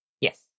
yes